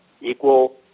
equal